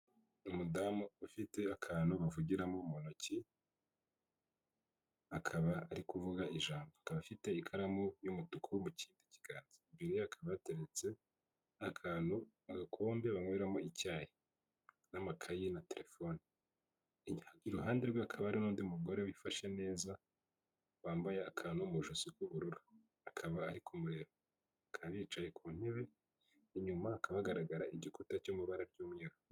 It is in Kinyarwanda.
Umudamu ufite akantu bavugiramo mu ntoki, akaba ari kuvuga ijambo akaba afite ikaramu y'umutuku mukiganza .;imbere akaba hateretse akantu agakombe banyweramo icyayi, n'amakayi ,na telefone .Iruhande rwe hakaba hari n'undi mugore wifashe neza ,wambaye akantu mu ijosi k'ubururu bakaba bari bicaye ku ntebe, inyuma haka hagaragara igikuta cy'amabara y'umweru.